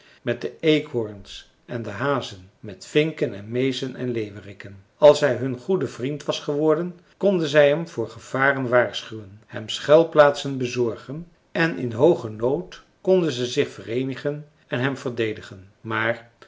met de eekhoorns en de hazen met vinken en meezen en leeuweriken als hij hun goede vriend was geworden konden zij hem voor gevaren waarschuwen hem schuilplaatsen bezorgen en in hoogen nood konden ze zich vereenigen en hem verdedigen maar